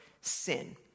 sin